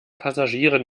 passagieren